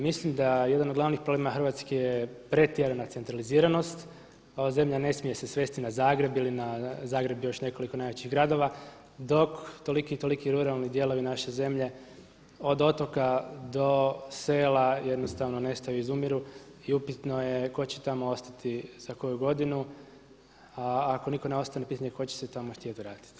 Mislim da jedan od glavnih problema Hrvatske je pretjerana centraliziranost, ova zemlja ne smije se svesti na Zagreb ili na Zagreb i još nekoliko najvećih gradova dok toliki i toliki ruralni dijelovi naše zemlje od otoka do sela jednostavno nestaju i izumiru i upitno je tko će tamo ostati za koju godinu a ako nitko ne ostane, pitanje je tko će se tamo htjeti vratiti.